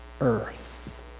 earth